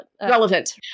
relevant